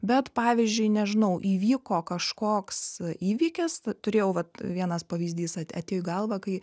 bet pavyzdžiui nežinau įvyko kažkoks įvykis turėjau vat vienas pavyzdys at atėjo į galvą kai